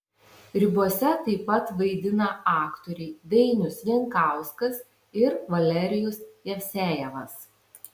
ribose taip pat vaidina aktoriai dainius jankauskas ir valerijus jevsejevas